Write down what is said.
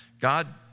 God